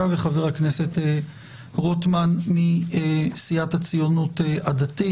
וחבר הכנסת רוטמן מסיעת הציונות הדתית.